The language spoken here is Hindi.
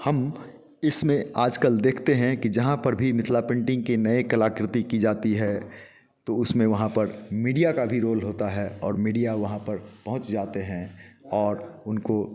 हम इसमें आजकल देखते हैं कि जहाँ पर भी मिथिला पेंटिंग के नए कलाकृति की जाती है तो उसमें वहाँ पर मीडिया का भी रोल होता है और मीडिया वहाँ पर पहुँच जाते हैं और उनको